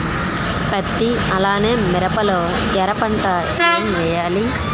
పత్తి అలానే మిరప లో ఎర పంట ఏం వేయాలి?